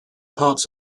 parts